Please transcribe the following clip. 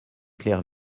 clair